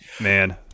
man